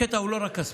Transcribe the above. הקטע הוא לא רק כספי.